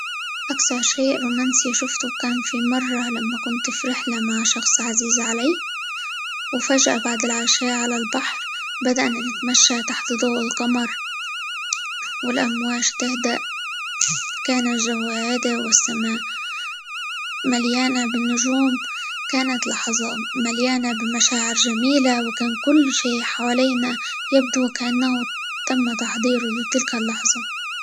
أكثر شيء رومانسي شوفته كان في مرة لما كنت في رحلة مع شخص عزيز علي، وفجأة بعد العشاء على البحر بدأنا نتمشى تحت ضوء القمر، والأمواج تهدأ، كان الجو هادئ، والسماء مليانة بالنجوم، كانت لحظة مليانة بمشاعر جميلة، وكان كل شيء حوالينا يبدو وكأنه تم تحضيره لتلك اللحظة.